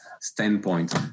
standpoint